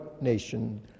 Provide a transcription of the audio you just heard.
nation